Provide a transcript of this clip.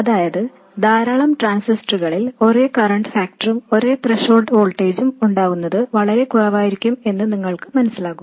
അതായത് ധാരാളം ട്രാൻസിസ്റ്ററുകളിൽ ഒരേ കറൻറ് ഫാക്ടറും ഒരേ ത്രെഷോൾഡ് വോൾട്ടേജും ഉണ്ടാകുന്നത് വളരെ കുറവായിരിക്കും എന്നു നിങ്ങൾക്ക് മനസിലാകും